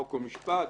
חוק ומשפט?